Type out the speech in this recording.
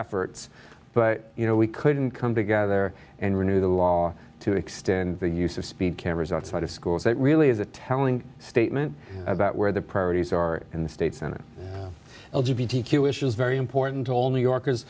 efforts but you know we couldn't come together and renew the law to extend the use of speed cameras outside of school so it really is a telling statement about where the priorities are in the state senate q issues very important to all new yorkers